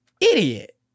idiot